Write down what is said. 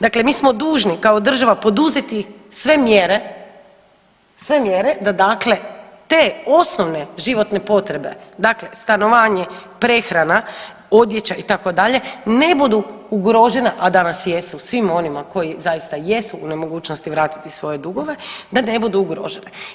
Dakle, mi smo dužni kao država poduzeti sve mjere, sve mjere da dakle te osnovne životne potrebe dakle stanovanje, prehrana, odjeća itd. ne budu ugrožena, a danas jesu svim onima koji zaista jesu u nemogućnosti vratiti svoje dugove da ne budu ugrožene.